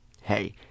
hey